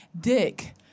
dick